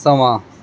ਸਮਾਂ